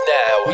now